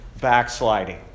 backsliding